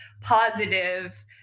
positive